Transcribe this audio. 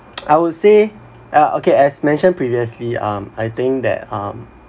I would say ah okay as mentioned previously um I think that um